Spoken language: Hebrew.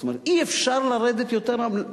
אי-אפשר לרדת יותר נמוך.